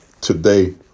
Today